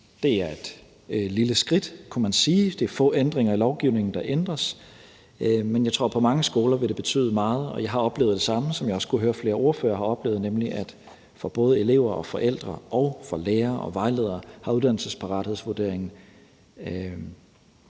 Det er et lille skridt, kunne man sige – det er få elementer i lovgivningen, der ændres – men jeg tror, at det på mange skoler vil betyde meget. Og jeg har oplevet det samme, som jeg har hørt flere ordførere sige at de har oplevet, nemlig at det gælder for både elever, forældre, lærere og vejledere, at uddannelsesparathedsvurderingen